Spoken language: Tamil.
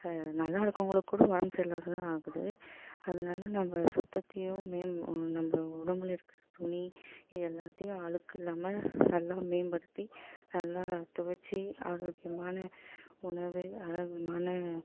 நல்லா இருக்கறவங்களுக்கு கூட உடம்பு சரி இல்லாது தான் ஆகுது அதனால நம்ப சுத்தத்தையும் மேம் நம்ப உடம்பில் இருக்கிற துணி இது எல்லாத்தையும் அழுக்கு இல்லாமல் நல்லா மேம்படுத்தி நல்லா துவச்சு ஆரோக்கியமான உணவு ஆரோக்கியமான